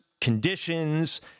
conditions